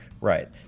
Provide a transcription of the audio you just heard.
right